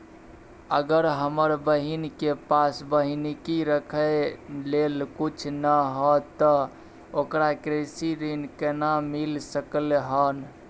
अगर हमर बहिन के पास बन्हकी रखय लेल कुछ नय हय त ओकरा कृषि ऋण केना मिल सकलय हन?